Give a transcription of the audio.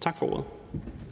Tak for ordet.